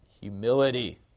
humility